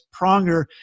Pronger